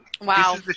Wow